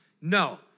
No